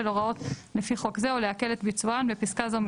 ההוראות לפי חוק זה ולהקל את ביצוען בפסקה זו,